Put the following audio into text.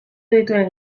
dituen